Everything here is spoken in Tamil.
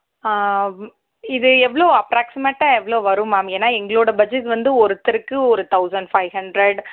இது எவ்வளோ அப்ராக்ஸிமெட்டாக எவ்வளோ வரும் மேம் ஏன்னால் எங்களோடய பட்ஜெட் வந்து ஒருத்தருக்கு ஒரு தௌசண்ட் ஃபைவ் ஹண்ட்ரட்